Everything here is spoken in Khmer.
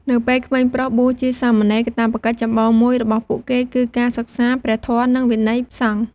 នៅពេលក្មេងប្រុសបួសជាសាមណេរ កាតព្វកិច្ចចម្បងមួយរបស់ពួកគេគឺ ការសិក្សាព្រះធម៌ និងវិន័យសង្ឃ។